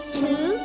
two